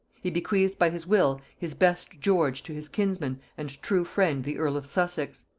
he bequeathed by his will his best george to his kinsman and true friend the earl of sussex,